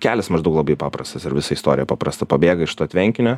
kelias maždaug labai paprastas ir visa istorija paprasta pabėga iš to tvenkinio